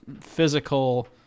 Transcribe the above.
physical